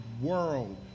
world